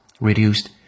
reduced